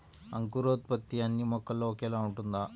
అంకురోత్పత్తి అన్నీ మొక్కల్లో ఒకేలా ఉంటుందా?